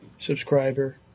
subscriber